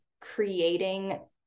creating